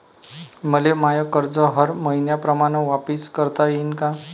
मले माय कर्ज हर मईन्याप्रमाणं वापिस करता येईन का?